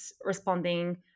responding